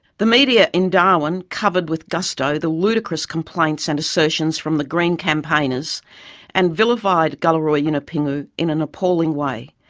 the media in darwin covered with gusto the ludicrous complaints and assertions from the green campaigners and vilified galarrwuy yunupingu in an appalling way.